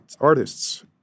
artists